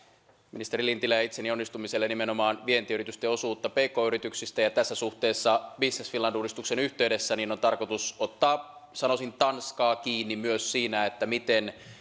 ministeri lintilän ja itseni onnistumiselle nimenomaan vientiyritysten osuutta pk yrityksistä ja tässä suhteessa business finland uudistuksen yhteydessä on tarkoitus ottaa sanoisin tanskaa kiinni myös siinä miten